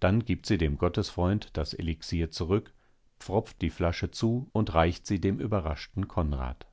dann gibt sie dem gottesfreund das elixrir zurück pfropft die flasche zu und reicht sie dem überraschten konrad